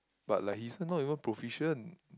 but like he still not even profession